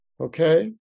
Okay